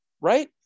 right